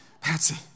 Patsy